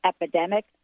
epidemic